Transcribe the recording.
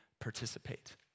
participate